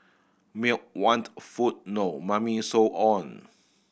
milk want food no Mummy so on